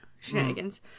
shenanigans